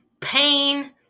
pain